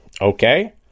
okay